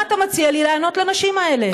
מה אתה מציע לי לענות לנשים האלה?